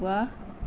ওৱাহ